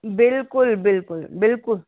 बिल्कुलु बिल्कुलु बिल्कुलु